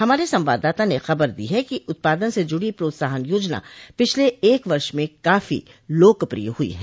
हमारे संवाददाता ने खबर दी है कि उत्पादन से जुड़ी प्रोत्साहन योजना पिछले एक वर्ष में काफी लोकप्रिय हुई है